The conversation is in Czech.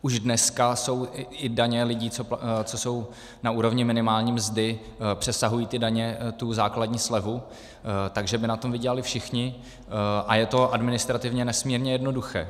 Už dneska jsou i daně lidí, co jsou na úrovni minimální mzdy, přesahují ty daně tu základní slevu, takže by na tom vydělali všichni a je to administrativně nesmírně jednoduché.